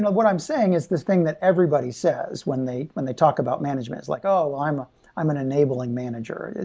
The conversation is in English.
what i'm saying is this thing that everybody says when they when they talk about management. it's like, oh, i'm ah i'm an enabling manager.